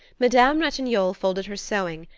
madame ratignolle folded her sewing,